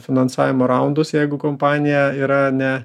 finansavimo raundus jeigu kompanija yra ne